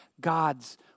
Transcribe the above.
God's